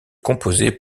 composait